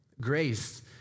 Grace